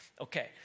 Okay